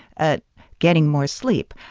at getting more sleep?